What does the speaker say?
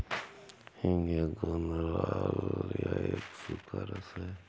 हींग एक गोंद राल या एक सूखा रस है